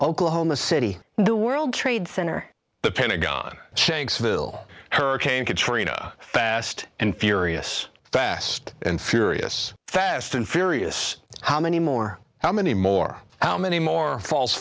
oklahoma city the world trade center the pentagon checks will hurricane katrina fast and furious fast and furious fast and furious how many more how many more how many more fal